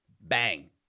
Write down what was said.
Bang